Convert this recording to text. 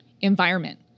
environment